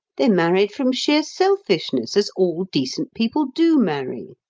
they married from sheer selfishness, as all decent people do marry.